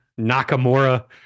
Nakamura